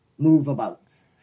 moveabouts